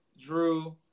Drew